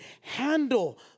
handle